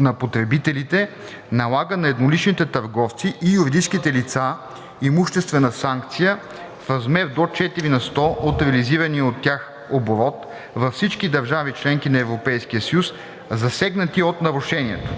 на потребителите налага на едноличните търговци и юридическите лица имуществена санкция в размер до 4 на сто от реализирания от тях оборот във всички държави – членки на Европейския съюз, засегнати от нарушението.